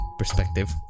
perspective